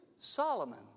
Solomon